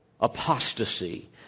apostasy